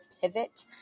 pivot